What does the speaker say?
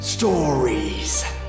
Stories